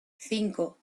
cinco